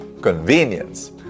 Convenience